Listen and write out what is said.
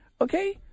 Okay